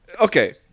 Okay